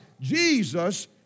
Jesus